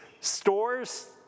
stores